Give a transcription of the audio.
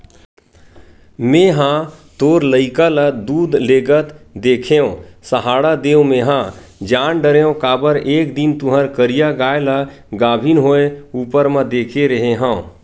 मेंहा तोर लइका ल दूद लेगत देखेव सहाड़ा देव मेंहा जान डरेव काबर एक दिन तुँहर करिया गाय ल गाभिन होय ऊपर म देखे रेहे हँव